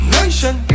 Nation